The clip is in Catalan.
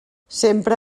sempre